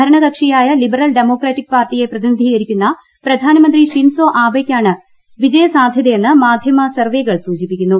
ഭരണകക്ഷിയായ Liberal Democratic പാർട്ടിയെ പ്രതിനിധീകരിക്കുന്ന പ്രധാനമന്ത്രി ഷിൻസോ ആബേയ്ക്കാണ് വിജയ സാധ്യതയെന്ന് മാധ്യമ സർവ്വേകൾ സൂചിപ്പിക്കുന്നു